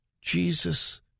Jesus